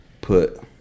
put